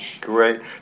Great